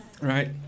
right